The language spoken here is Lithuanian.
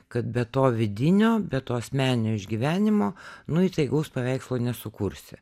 kad be to vidinio be to asmeninio išgyvenimo nu įtaigaus paveikslo nesukursi